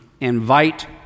invite